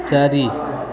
ଚାରି